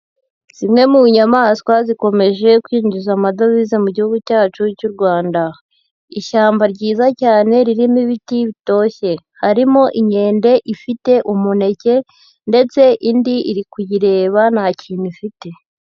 Zimwe mu nyamaswa zikomeje kwinjiza amadovize mu gihugu cyacu cy'u Rwanda. Ishyamba ryiza cyane ririmo ibiti bitoshye. Harimo inkende ifite umuneke, ndetse indi iri kuyireba nta kintu ifite.